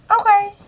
Okay